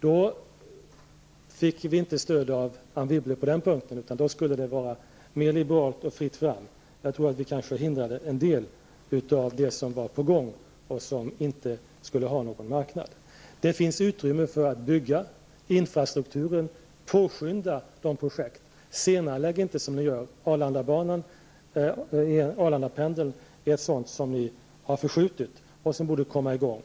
Då fick vi inte stöd av Anne Wibble på den punkten, utan då skulle det vara mer liberalt och fritt fram. Vi hindrade kanske en del av det som var på gång och som inte skulle ha någon marknad. Det finns utrymme att bygga inom infrastrukturen och påskynda projekt. Arlandapendeln är ett sådant projekt som ni har förskjutit och som borde komma i gång.